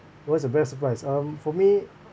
what is the best surprise um for me